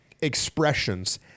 expressions